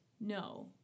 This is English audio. No